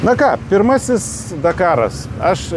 na ką pirmasis dakaras aš